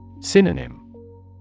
Synonym